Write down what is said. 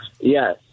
Yes